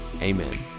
Amen